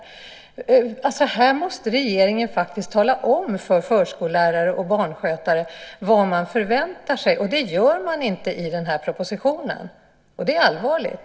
Här måste regeringen tala om för förskollärare och barnskötare vad man förväntar sig. Det gör man inte i den här propositionen. Det är allvarligt.